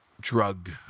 drug